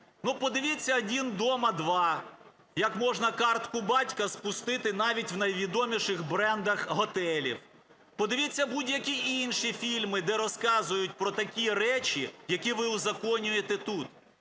подивіться "Один дома-2", як можна картку батька спустити навіть в найвідоміших брендах готелів. Подивіться будь-які інші фільми, де розказують про такі речі, які ви узаконюєте тут.